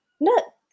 Look